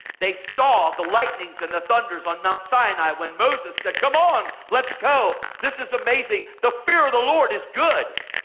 they saw the lightening and the thunders on mount sinai when moses said come on, let's go, this is amazing. the fear of the lord is good.